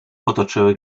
otoczyły